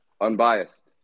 Unbiased